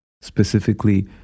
Specifically